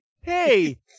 Hey